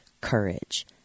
Courage